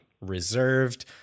reserved